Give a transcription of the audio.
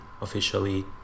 officially